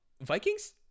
Vikings